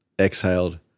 exhaled